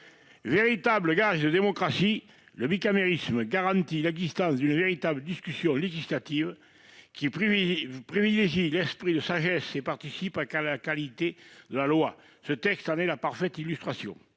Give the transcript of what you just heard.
! Véritable gage de démocratie, le bicamérisme garantit l'existence d'une authentique discussion législative, qui privilégie l'esprit de sagesse et concourt à la qualité de la loi. Le présent texte en est la parfaite illustration